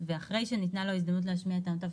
ואחרי שניתנה לו הזדמנות להשמיע את טענותיו,